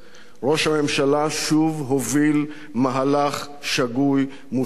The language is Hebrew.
ראש הממשלה שוב הוביל מהלך שגוי, מושחת וציני.